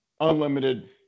unlimited